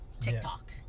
TikTok